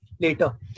later